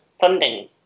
funding